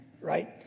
right